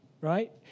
Right